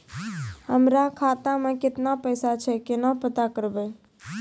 हमरा खाता मे केतना पैसा छै, केना पता करबै?